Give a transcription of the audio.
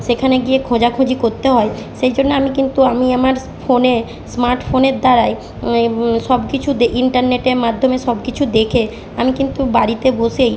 সেখানে গিয়ে খোঁজাখুঁজি করতে হয় সেই জন্যে আমি কিন্তু আমি আমার স্ ফোনে স্মার্ট ফোনের দ্বারাই এই সব কিছু দে ইন্টারনেটের মাধ্যমে সব কিছু দেখে আমি কিন্তু বাড়িতে বসেই